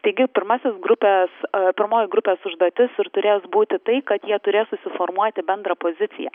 taigi pirmasis grupės pirmoji grupės užduotis ir turės būti tai kad jie turės suformuoti bendrą poziciją